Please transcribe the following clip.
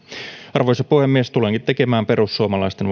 arvoisa puhemies tulenkin tekemään perussuomalaisten